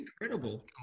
incredible